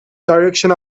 direction